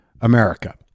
America